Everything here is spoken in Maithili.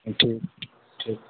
ठीक ठीक